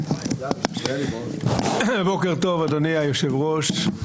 בוקר טוב אדוני היושב-ראש,